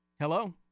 Hello